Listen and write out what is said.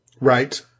Right